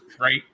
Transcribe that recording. right